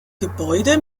gebäude